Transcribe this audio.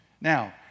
Now